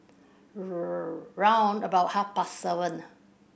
round about half past seven